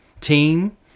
team